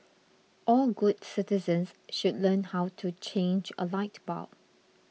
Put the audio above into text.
all good citizens should learn how to change a light bulb